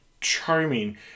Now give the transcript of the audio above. charming